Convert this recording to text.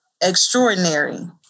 extraordinary